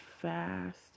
fast